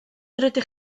rydych